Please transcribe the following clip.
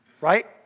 Right